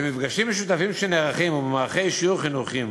במפגשים משותפים שנערכים ובמערכי שיעור חינוכיים